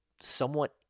somewhat